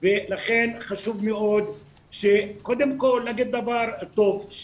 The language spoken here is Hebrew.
ולכן חשוב מאוד קודם כל להגיד דבר טוב,